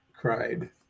cried